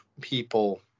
people